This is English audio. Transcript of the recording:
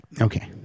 Okay